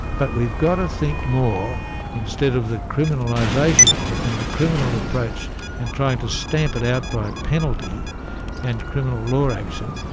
but we've got to think more instead of the criminalisation of it, and the criminal approach and trying to stamp it out by penalty and criminal law action,